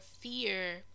fear